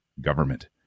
government